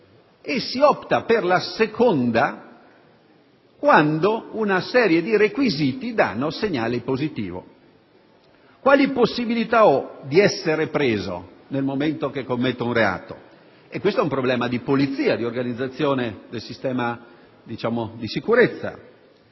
Si opta per la seconda scelta quando una serie di requisiti danno un segnale positivo. Quali possibilità ho di essere preso nel momento in cui commetto un reato? E questo è un problema di polizia, di organizzazione del sistema di sicurezza.